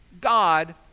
God